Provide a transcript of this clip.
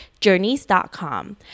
journeys.com